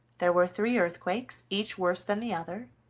there were three earthquakes, each worse than the other,